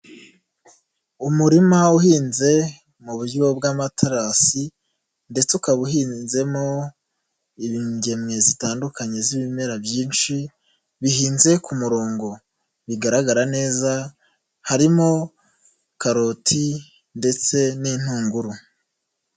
Umurima uhinze mu buryo bw'amaterasi ndetse ukaba uhinzemo ingemwe zitandukanye z'ibimera byinshi bihinze ku murongo, bigaragara neza, harimo karoti ndetse n'intunguru.